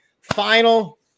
Final